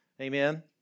Amen